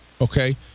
okay